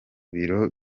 biro